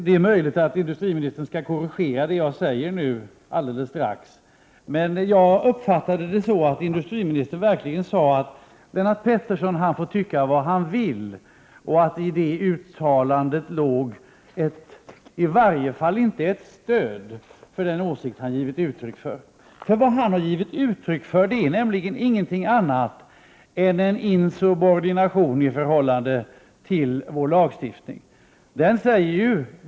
Det är möjligt att industriministern kommer att korrigera det som jag nu alldeles strax skall säga, men jag uppfattade industriministern så att han sade att Lennart Pettersson får tycka vad han vill och att det i det uttalandet i varje fall inte låg ett stöd för den åsikt som denne givit uttryck för. Vad denne har givit uttryck för är nämligen inget annat än en insubordination i förhållande till vår lagstiftning.